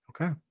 Okay